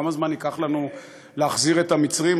כמה זמן ייקח לנו להחזיר את המצרים,